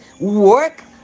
work